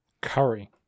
Curry